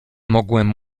mogłem